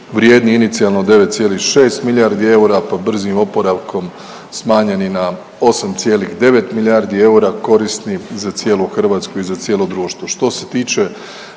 vrijedni inicijalno 9,6 milijardi eura, pa brzim oporavkom smanjeni na 8,9 milijardi eura, korisni za cijelu Hrvatsku i za cijelo društvo.